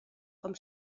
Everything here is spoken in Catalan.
com